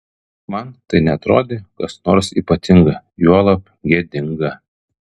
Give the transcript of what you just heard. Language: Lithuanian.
man tai neatrodė kas nors ypatinga juolab gėdinga